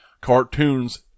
cartoons